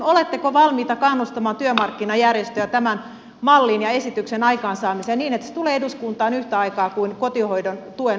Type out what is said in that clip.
oletteko valmiita kannustamaan työmarkkinajärjestöjä tämän mallin ja esityksen aikaansaamiseen niin että ne tulevat eduskuntaan yhtä aikaa kuin kotihoidon tuen muutosesitys